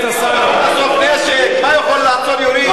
מה יכול לעצור יורים.